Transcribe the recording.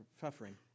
suffering